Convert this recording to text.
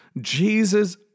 Jesus